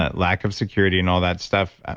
ah lack of security and all that stuff.